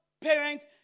parents